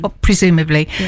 presumably